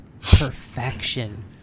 perfection